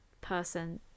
person